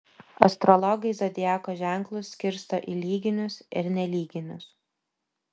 astrologai zodiako ženklus skirsto į lyginius ir nelyginius